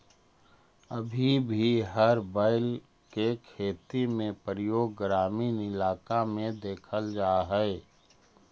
अभी भी हर बैल के खेती में प्रयोग ग्रामीण इलाक में देखल जा हई